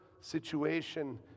situation